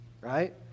right